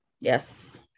Yes